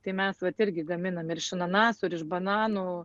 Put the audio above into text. tai mes vat irgi gaminam ir iš ananasų ir iš bananų